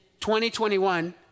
2021